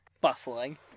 bustling